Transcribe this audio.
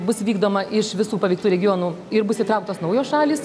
bus vykdoma iš visų paveiktų regionų ir bus įtrauktos naujos šalys